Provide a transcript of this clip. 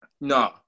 No